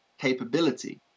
capability